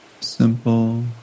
simple